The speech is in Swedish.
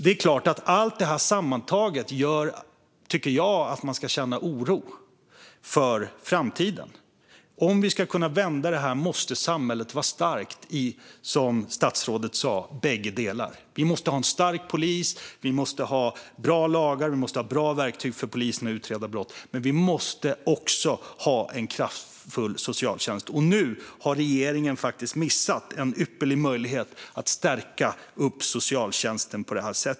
Jag tycker att allt detta sammantaget gör att man ska känna oro inför framtiden. Om vi ska kunna vända detta måste samhället vara starkt i bägge delar, som statsrådet sa. Vi måste ha en stark polis, bra lagar och bra verktyg för polisen att utreda brott, men vi måste också ha en kraftfull socialtjänst. Och nu har regeringen faktiskt missat en ypperlig möjlighet att stärka socialtjänsten.